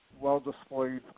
well-displayed